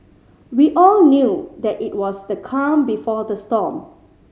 we all knew that it was the calm before the storm